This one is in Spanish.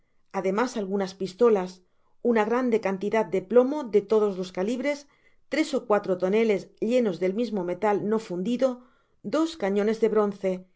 ademas algunas pistolas una grande cantidad de plomo de todos calibres tres ó cuatro toneles llenos del mismo metal no fundido dos cañones de bronce